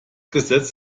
gesetz